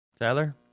Tyler